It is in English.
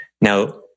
Now